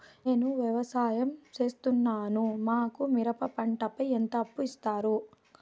నేను వ్యవసాయం సేస్తున్నాను, మాకు మిరప పంటపై ఎంత అప్పు ఇస్తారు